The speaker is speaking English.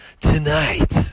tonight